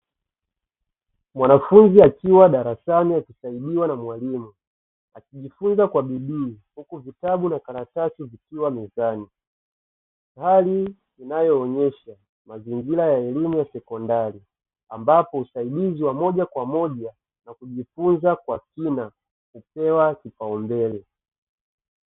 Mwanafunzi akiwa darasani akisainiwa na mwalimu akijifunza kwa bidii, huku vitabu na karatasi vikiwa mezani hali inayoonesha mazingira ya elimu ya sekondari, ambapo usaidizi wa moja kwa moja na kujifunza kwa kina hupewa kipaumbele.